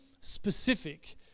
specific